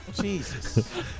Jesus